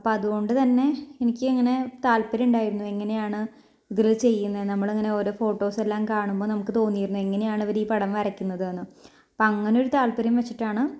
അപ്പം അതുകൊണ്ടുതന്നെ എനിക്ക് ഇങ്ങനെ താല്പര്യം ഉണ്ടായിരുന്നു എങ്ങനെയാണ് ഇതിൽ ചെയ്യുന്നത് നമ്മളിങ്ങനെ ഓരോ ഫോട്ടോസ് എല്ലാം കാണുമ്പോൾ നമുക്ക് തോന്നിയിരുന്നു എങ്ങനെയാണ് ഇവർ ഈ പടം വരയ്ക്കുന്നത് എന്ന് അപ്പം അങ്ങനെയൊരു താല്പര്യം വെച്ചിട്ടാണ്